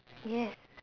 yes